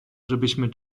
żebyśmy